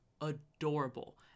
adorable